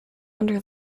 under